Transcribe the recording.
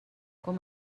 com